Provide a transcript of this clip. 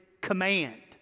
command